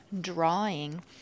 drawing